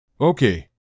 Okay